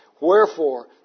Wherefore